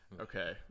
Okay